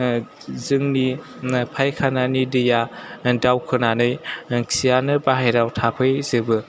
जोंनि फायखानानि दैया दावखोनानै खियानो बायहेरायाव थाफै जोबो